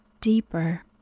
deeper